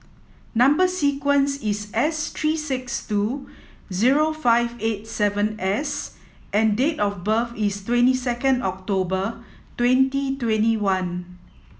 number sequence is S three six two zero five eight seven S and date of birth is twenty second October twenty twenty one